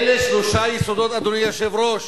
אלה שלושה יסודות, אדוני היושב-ראש,